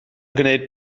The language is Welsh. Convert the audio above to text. gwneud